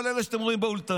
כל אלה שאתם רואים באולפנים,